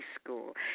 school